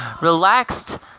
relaxed